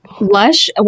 Lush